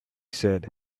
said